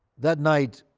that night,